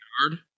yard